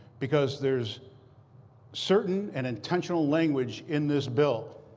because there's certain and intentional language in this bill.